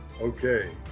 Okay